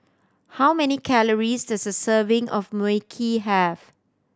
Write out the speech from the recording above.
how many calories does a serving of Mui Kee have